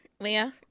Leah